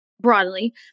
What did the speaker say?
broadly